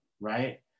right